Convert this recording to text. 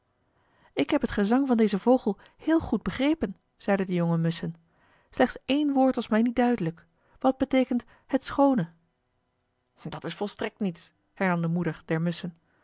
ik heb het gezang van dezen vogel heel goed begrepen zeiden de jonge musschen slechts één woord was mij niet duidelijk wat beteekent het schoone dat is volstrekt niets hernam de moeder